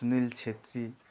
Sunil Chhetri